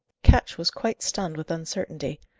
ketch was quite stunned with uncertainty.